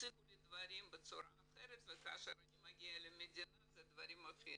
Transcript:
"הציגו לי דברים בצורה אחרת וכאשר אני מגיע למדינה הדברים הם אחרים".